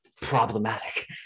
problematic